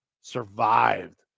Survived